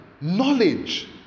knowledge